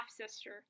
half-sister